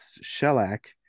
shellac